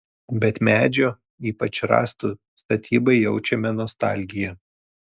bet medžio ypač rąstų statybai jaučiame nostalgiją